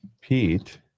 Pete